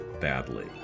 badly